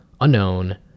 unknown